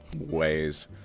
ways